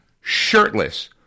shirtless